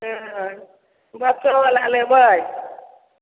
केहन हय बच्चोबला लेबै